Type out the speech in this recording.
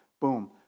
boom